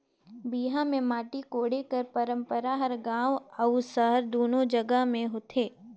बिहा मे माटी कोड़े कर पंरपरा हर गाँव अउ सहर दूनो जगहा मे होथे